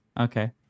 Okay